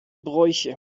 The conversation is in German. bräuche